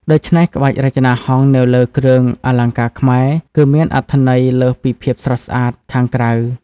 ដូច្នេះក្បាច់រចនាហង្សនៅលើគ្រឿងអលង្ការខ្មែរ គឺមានអត្ថន័យលើសពីភាពស្រស់ស្អាតខាងក្រៅ។